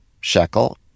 shekel